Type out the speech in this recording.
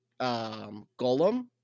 golem